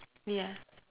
yeah